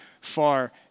far